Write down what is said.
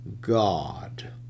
God